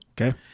Okay